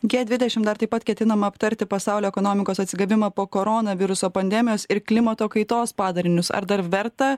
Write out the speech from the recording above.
gie dvidešim dar taip pat ketinama aptarti pasaulio ekonomikos atsigavimą po koronaviruso pandemijos ir klimato kaitos padarinius ar dar verta